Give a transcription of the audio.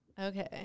Okay